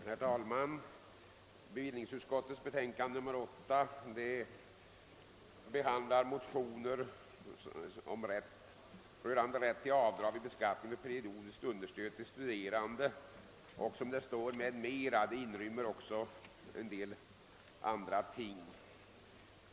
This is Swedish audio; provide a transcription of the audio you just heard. Herr talman! I bevillningsutskottets betänkande nr 8 behandlas motioner om rätt till avdrag vid beskattningen för periodiskt understöd till studerande och en del andra frågor.